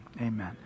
Amen